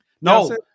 No